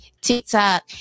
TikTok